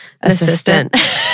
assistant